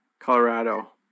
Colorado